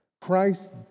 Christ